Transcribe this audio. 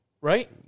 Right